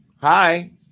Hi